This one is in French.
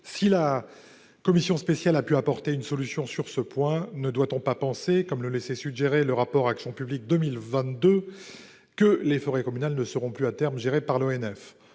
Si la commission spéciale a pu apporter une solution sur ce point, ne doit-on pas penser, comme le laissait suggérer le rapport du Comité Action publique 2022, que les forêts communales ne seront plus, à terme, gérées par l'ONF ?